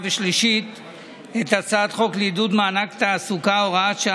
40 בעד, 67